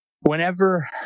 Whenever